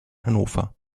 hannover